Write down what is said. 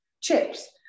chips